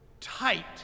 tight